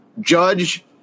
judge